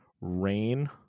rain